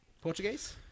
Portuguese